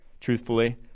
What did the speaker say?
truthfully